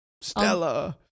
Stella